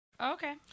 Okay